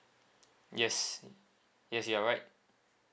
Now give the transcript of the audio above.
yes yes you're right